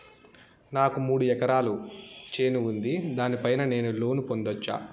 నాకు మూడు ఎకరాలు చేను ఉంది, దాని పైన నేను లోను పొందొచ్చా?